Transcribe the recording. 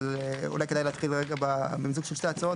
אבל אולי כדאי להתחיל במיזוג של שתי ההצעות,